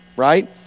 right